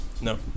No